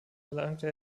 erlangte